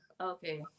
okay